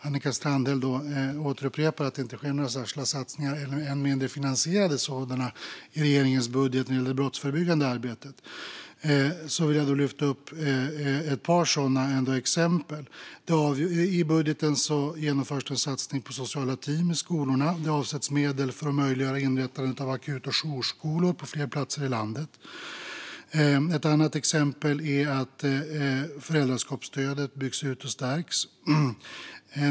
Annika Strandhäll upprepar att det inte sker några särskilda satsningar, än mindre finansierade sådana, i regeringens budget när det gäller det brottsförebyggande arbetet. Jag vill därför bara lyfta upp ett par sådana exempel. I budgeten genomförs en satsning på sociala team i skolorna. Det avsätts medel för att möjliggöra inrättande av akuta jourskolor på fler platser i landet. Föräldraskapsstödet byggs ut och stärks.